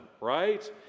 right